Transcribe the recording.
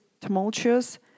tumultuous